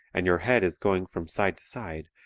and your head is going from side to side,